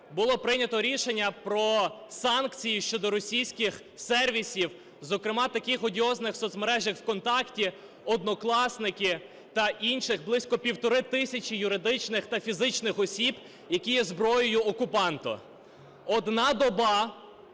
було прийнято рішення про санкції щодо російських сервісів, зокрема таких одіозних соцмереж, як "Контакти", "Однокласники" та інших, близько 1,5 тисячі юридичних та фізичних осіб, які є зброєю окупанта. Одна доба